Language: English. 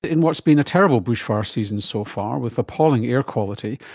in what has been a terrible bushfire season so far, with appalling air quality,